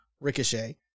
Ricochet